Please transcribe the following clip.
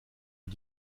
und